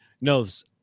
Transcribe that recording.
knows